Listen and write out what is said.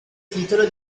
titolo